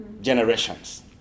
generations